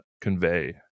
convey